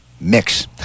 mix